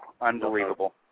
Unbelievable